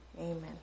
amen